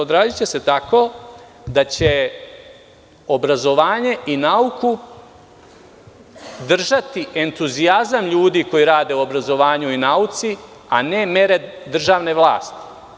Odraziće se tako da će obrazovanje i nauku držati entuzijazam ljudi koji rade u obrazovanju i nauci, a ne mere državne vlasti.